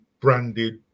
branded